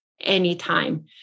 anytime